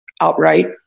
outright